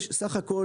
בסך הכל,